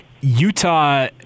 Utah